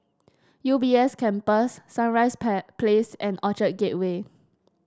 U B S Campus Sunrise Pie Place and Orchard Gateway